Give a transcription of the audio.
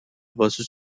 واسه